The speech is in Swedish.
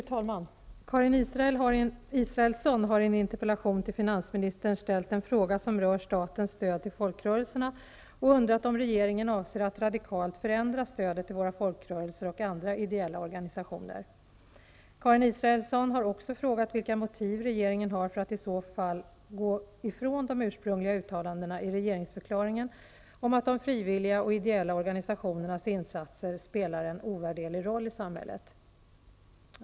Herr talman! Karin Israelsson har i en interpellation till finansministern ställt en fråga som rör statens stöd till folkrörelserna och undrat om regeringen avser att radikalt förändra stödet till våra folkrörelser och andra ideella organisationer. Karin Israelsson har också frågat vilka motiv regeringen har för att i så fall gå ifrån de ursprungliga uttalandena i regeringsförklaringen om att de frivilliga och ideella organisationernas insatser spelar en ovärderlig roll i samhället.